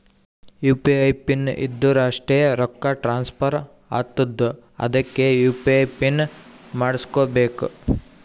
you P I PIN ಇದ್ದುರ್ ಅಷ್ಟೇ ರೊಕ್ಕಾ ಟ್ರಾನ್ಸ್ಫರ್ ಆತ್ತುದ್ ಅದ್ಕೇ ಯು.ಪಿ.ಐ ಪಿನ್ ಮಾಡುಸ್ಕೊಬೇಕ್